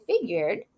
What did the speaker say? figured